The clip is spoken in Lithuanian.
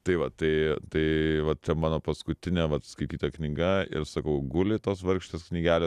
tai va tai tai vat mano paskutinė skaityta knyga ir sakau guli tos vargšės knygelės